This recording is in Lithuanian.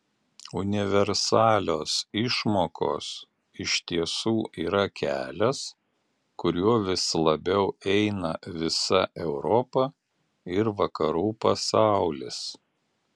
universalios išmokos iš tiesų yra kelias kuriuo vis labiau eina visa europa ir vakarų pasaulis